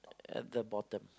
at the bottom